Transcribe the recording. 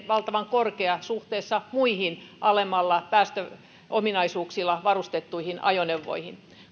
valtavan korkea suhteessa muihin alemmilla päästöominaisuuksilla varustettuihin ajoneuvoihin